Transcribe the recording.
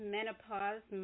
Menopause